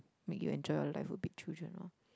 make you enjoy your life will be children lor